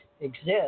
exist